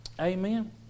Amen